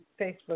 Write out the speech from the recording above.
Facebook